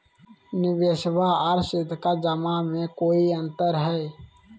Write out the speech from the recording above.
निबेसबा आर सीधका जमा मे कोइ अंतर हय?